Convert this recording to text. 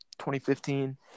2015